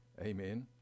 Amen